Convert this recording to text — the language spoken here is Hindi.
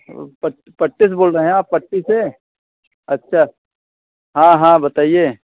वह पट्टी पट्टी से बोल रहे हैं आप पट्टी से अच्छा हाँ हाँ बताइए